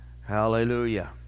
Hallelujah